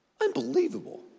Unbelievable